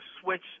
switch